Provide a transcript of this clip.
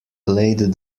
played